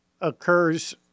occurs